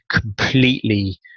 completely